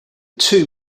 two